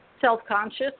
self-conscious